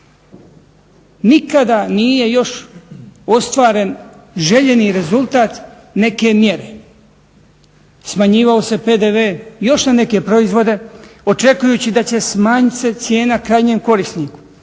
nikada nije još ostvaren željeni rezultat neke mjere. Smanjivao se PDV još na neke proizvode očekujući da će smanjit se cijena krajnjem korisniku.